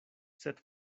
sed